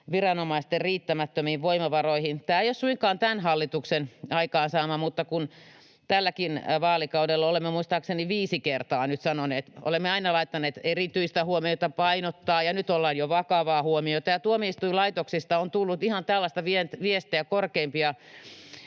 viranomaisten riittämättömiin voimavaroihin. Tämä ei ole suinkaan tämän hallituksen aikaansaamaa, mutta kun tälläkin vaalikaudella olemme muistaakseni viisi kertaa nyt tästä lausuneet ja olemme aina ”painottaneet” tai laittaneet ”erityistä huomiota” ja nyt jo ”vakavaa huomiota”. Tuomioistuinlaitoksesta on tullut ihan tällaista viestiä korkeinta